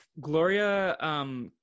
Gloria